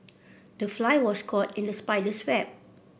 the fly was caught in the spider's web